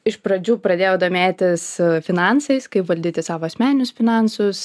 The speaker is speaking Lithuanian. iš pradžių pradėjau domėtis finansais kaip valdyti savo asmeninius finansus